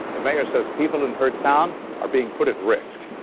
the mayor says people in her town are being put at risk.